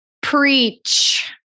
Preach